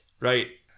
Right